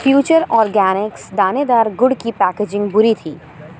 future organics دانے دار گڑ کی پیکیجنگ بری تھی